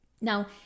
Now